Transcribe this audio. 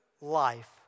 life